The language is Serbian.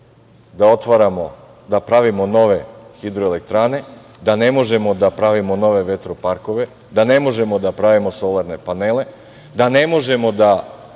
da otvaramo, da pravimo nove hidroelektrane, da ne možemo da pravimo nove vetroparkove, da ne možemo da pravimo solarne panele, da ne možemo da